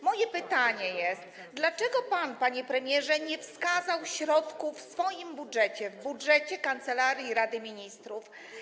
Moje pytanie: Dlaczego pan, panie premierze, nie wskazał środków w swoim budżecie, w budżecie Kancelarii Prezesa Rady Ministrów?